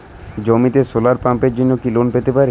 জমিতে সোলার পাম্পের জন্য কি লোন পেতে পারি?